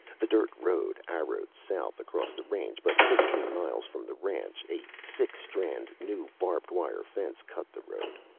the dirt road arrowed south across the range but fifteen miles from the ranch, a six-strand, new, barbed-wire fence cut the road.